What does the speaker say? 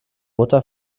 mutter